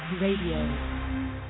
Radio